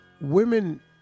women